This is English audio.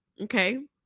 Okay